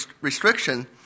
restriction